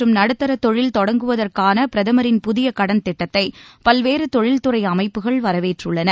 மற்றும் நடுத்தர தொழில் தொடங்குவதற்கான பிரதமரின் புதிய கடன் திட்டத்தை பல்வேறு தொழில்துறை அமைப்புகள் வரவேற்றுள்ளன